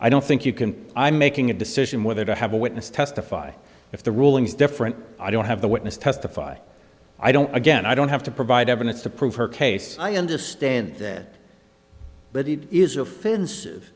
i don't think you can i'm making a decision whether to have a witness testify if the ruling is different i don't have the witness testify i don't again i don't have to provide evidence to prove her case i understand that but it is offensive